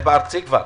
זה על השולחן שלכם.